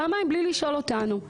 פעמיים בלי לשאול אותנו.